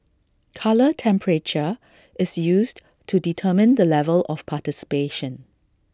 colour temperature is used to determine the level of participation